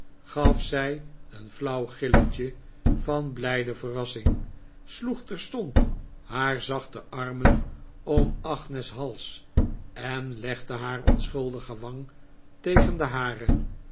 gaf zij een flauw gilletje van blijde verrassing sloeg terstond haar zachte armen om agnes hals en legde haar onschuldige wang tegen de hare